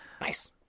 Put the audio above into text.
Nice